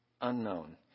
unknown